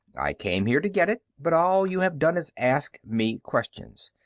i came here to get it, but all you have done is ask me questions.